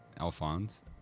Alphonse